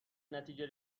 نتیجه